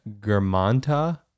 Germanta